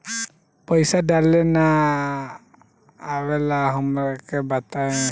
पईसा डाले ना आवेला हमका बताई?